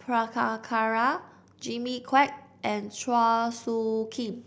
Prabhakara Jimmy Quek and Chua Soo Khim